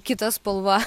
kita spalva